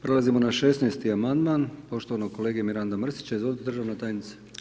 Prelazimo na 16.-ti Amandman poštovanog kolege Miranda Mrsića, izvolite državna tajnice.